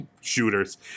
shooters